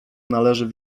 należy